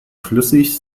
flüssig